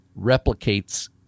replicates